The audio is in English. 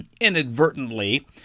inadvertently